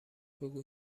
بگو